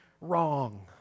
wrong